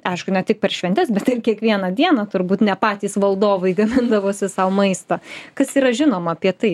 aišku ne tik per šventes bet ir kiekvieną dieną turbūt ne patys valdovai gamindavosi sau maistą kas yra žinoma apie tai